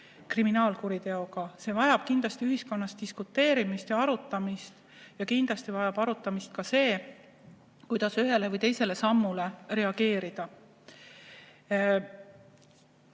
kriminaalkuriteoga? See vajab kindlasti ühiskonnas diskuteerimist ja arutamist ja kindlasti vajab arutamist ka see, kuidas ühele või teisele sammule reageerida. On